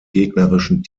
gegnerischen